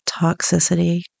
toxicity